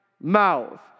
mouth